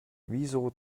wieso